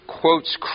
quotes